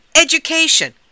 education